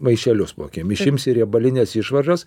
maišelius po akim išimsi riebalines išvaržas